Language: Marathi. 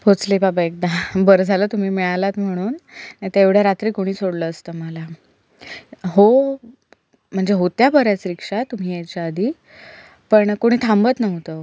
पोचले बाबा एकदा बरं झालं तुम्ही मिळालात म्हणून नाही तर एवढ्या रात्री कोणी सोडलं असतं मला हो म्हणजे होत्या बऱ्याच रिक्शा तुम्ही यायच्या आधी पण कुणी थांबत नव्हतं